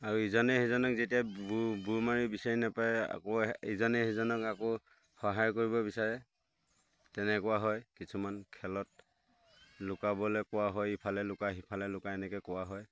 আৰু ইজনে সিজনক যেতিয়া ব বুৰ মাৰি বিচাৰি নেপায় আকৌ ইজনে সিজনক আকৌ সহায় কৰিব বিচাৰে তেনেকুৱা হয় কিছুমান খেলত লুকাবলৈ কোৱা হয় ইফালে লুকা সিফালে লুকা এনেকৈ কোৱা হয়